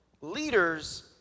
leaders